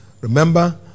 Remember